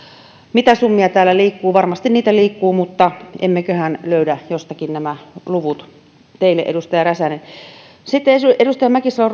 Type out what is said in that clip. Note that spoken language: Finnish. mitä summia täällä liikkuu varmasti niitä liikkuu mutta emmeköhän löydä jostakin nämä luvut teille edustaja räsänen sitten edustaja mäkisalo